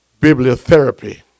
bibliotherapy